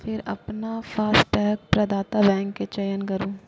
फेर अपन फास्टैग प्रदाता बैंक के चयन करू